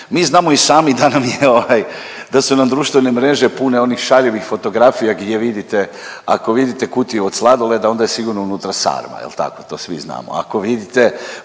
Mi znamo i sami da su nam društvene mreže pune onih šaljivih fotografija gdje vidite, ako vidite kutiju od sladoleda onda je sigurno unutra sarma. Jel' tako?